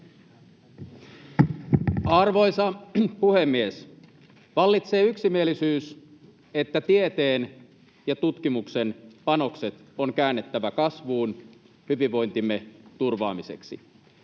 Arvoisa puhemies! Vallitsee yksimielisyys siitä, että tieteen ja tutkimuksen panokset on käännettävä kasvuun hyvinvointimme turvaamiseksi.